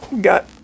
got